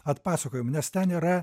atpasakojimų nes ten yra